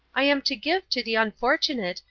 i am to give to the unfortunate,